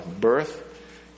birth